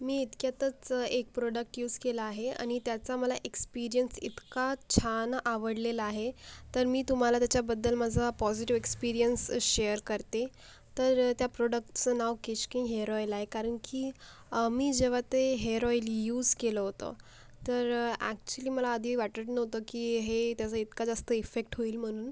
मी इतक्यातच एक product use केला आहे आणि त्याचा मला एक्स्पिरीयन्स इतका छान आवडलेला आहे तर मी तुम्हाला त्याच्याबद्दल माझा पॉजिटीव एक्स्पिरीयन्स शेयर करते तर त्या प्रोडक्चं नाव केशकिंग हेयर ऑईल आहे कारण की मी जेव्हा ते हेयर ऑईल यूस केलं होतं तर अॅक्च्युली मला आदी वाटलं नव्हतं की हे त्याचा इतका चांगला जास्त इफेक्ट होईल म्हणून